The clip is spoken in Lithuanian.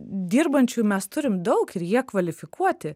dirbančiųjų mes turim daug ir jie kvalifikuoti